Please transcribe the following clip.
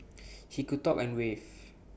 he could talk and wave